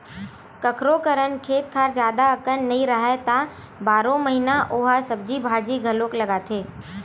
कखोरो करन खेत खार जादा अकन नइ राहय त बारो महिना ओ ह सब्जी भाजी घलोक लगाथे